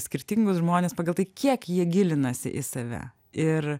skirtingus žmones pagal tai kiek jie gilinasi į save ir